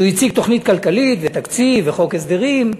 כשהוא הציג תוכנית כלכלית, ותקציב, וחוק הסדרים,